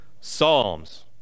psalms